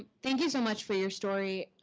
ah thank you so much for your story.